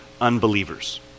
unbelievers